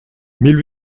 mille